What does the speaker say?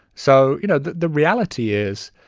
so you know the the reality is,